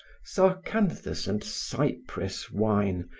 sarcanthus and cypress wine,